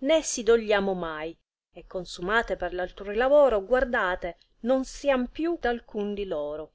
né si dogliamo mai e consumate per altrui lavoro guardate non siara più d alcun di loro